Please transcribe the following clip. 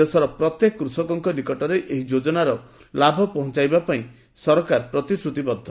ଦେଶର ପ୍ରତ୍ୟେକ କୃଷକଙ୍କ ନିକଟରେ ଏହି ଯୋଜନାର ଲାଭ ପହଞ୍ଚାଇବା ପାଇଁ ସରକାର ପ୍ରତିଶ୍ରତିବଦ୍ଧ